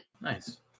Nice